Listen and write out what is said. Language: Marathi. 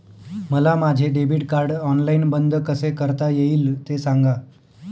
मला माझे डेबिट कार्ड ऑनलाईन बंद कसे करता येईल, ते सांगा